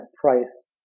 price